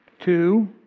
two